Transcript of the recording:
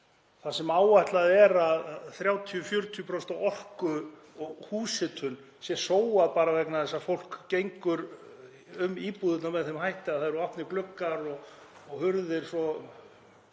þar sem áætlað er að 30–40% af orku og húshitun sé sóað bara vegna þess að fólk gengur um íbúðirnar með þeim hætti að það eru opnir gluggar og dyr svo